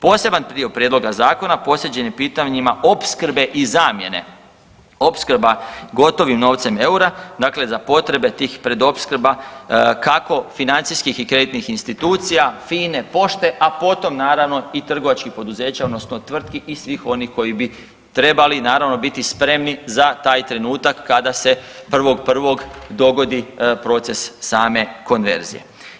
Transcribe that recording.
Poseban dio prijedloga zakona posvećen je pitanjima opskrbe i zamjene, opskrba gotovim novcem eura, dakle za potrebe tih predopskrba kako financijskih i kreditnih institucija, FINA-e, pošte, a potom naravno i trgovačkih poduzeća odnosno tvrtki i svih onih koji bi trebali naravno biti spremni za taj trenutak kada se 1.1. dogodi proces same konverzije.